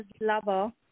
lover